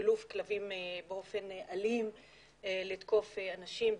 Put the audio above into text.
אילוף כלבים באופן אלים לתקוף אנשים,